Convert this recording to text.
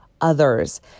others